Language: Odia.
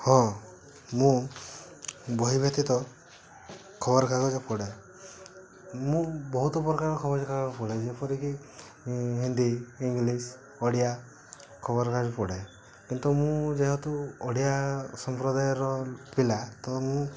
ହଁ ମୁଁ ବହି ବ୍ୟତୀତ ଖବର କାଗଜ ପଢ଼େ ମୁଁ ବହୁତ ପ୍ରକାର ଖବର କାଗଜ ପଢ଼େ ଯେପରିକି ହିନ୍ଦୀ ଇଂଲିଶ୍ ଓଡ଼ିଆ ଖବର କାଗଜ ପଢ଼େ କିନ୍ତୁ ମୁଁ ଯେହେତୁ ଓଡ଼ିଆ ସମ୍ପ୍ରଦାୟର ପିଲା ତ ମୁଁ